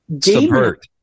subvert